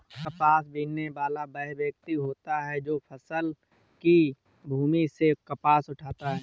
कपास बीनने वाला वह व्यक्ति होता है जो फसल की भूमि से कपास उठाता है